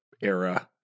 era